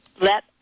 let